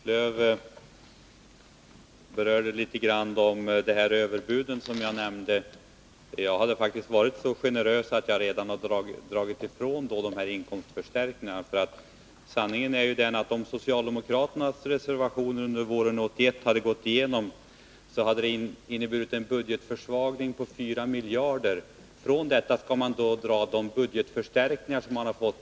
Herr talman! Maj-Lis Lööw berörde litet grand de där överbuden som jag nämnde. Jag hade faktiskt varit så generös att jag redan dragit ifrån inkomstförstärkningarna. Sanningen är ju den att om socialdemokraternas reservation våren 1981 hade gått igenom hade det inneburit en budgetförsvagning på 4 miljarder. Från detta skall man då dra de budgetförstärkningar som man skulle ha fått.